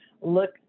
look